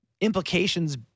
implications